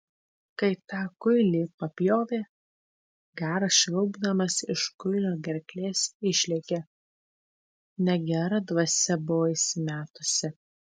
kai tą kuilį papjovė garas švilpdamas iš kuilio gerklės išlėkė negera dvasia buvo įsimetusi